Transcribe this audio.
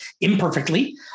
imperfectly